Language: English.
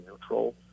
neutral